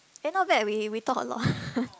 eh not bad we we talk a lot